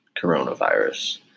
coronavirus